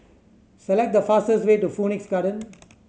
select the fastest way to Phoenix Garden